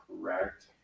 correct